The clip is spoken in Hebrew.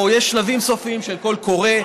או יש שלבים סופיים של קול קורא,